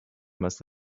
must